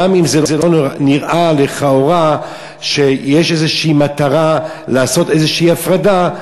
גם אם זה לא נראה לכאורה שיש איזושהי מטרה לעשות איזושהי הפרדה,